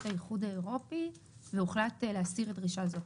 האיחוד האירופי והוחלט להסיר דרישה זו.